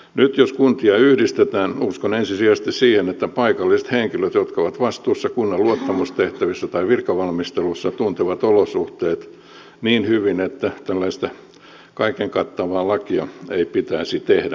nyt jos kuntia yhdistetään uskon ensisijaisesti siihen että paikalliset henkilöt jotka ovat vastuussa kunnan luottamustehtävissä tai virkavalmistelussa tuntevat olosuhteet niin hyvin että tällaista kaiken kattavaa lakia ei pitäisi tehdä